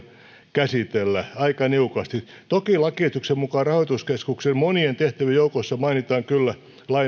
käsitellä aika niukasti toki lakiesityksen mukaan rahoituskeskuksen monien tehtävien joukossa mainitaan kyllä